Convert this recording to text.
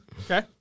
Okay